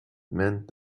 meant